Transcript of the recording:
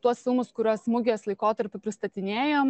tuos filmus kuriuos mugės laikotarpiu pristatinėjam